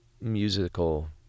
musical